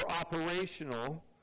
operational